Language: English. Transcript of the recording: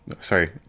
sorry